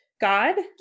God